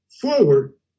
forward